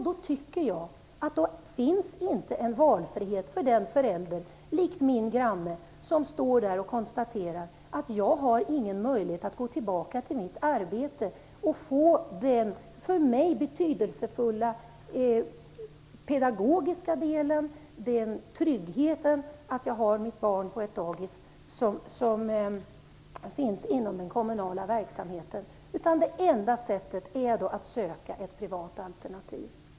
Då tycker jag inte att det finns valfrihet för föräldrarna - som min granne, som konstaterar att han inte har någon möjlighet att gå tillbaka till sitt arbete och få den för honom betydelsefulla pedagogiska delen och tryggheten i att barnet är på ett dagis inom den kommunala verksamheten. Det enda sättet är då att söka ett privat alternativ.